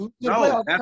No